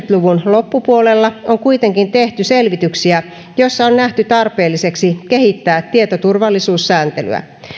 luvun loppupuolella on kuitenkin tehty selvityksiä joissa on nähty tarpeelliseksi kehittää tietoturvallisuussääntelyä